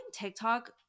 TikTok